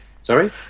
Sorry